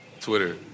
Twitter